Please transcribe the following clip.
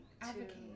advocate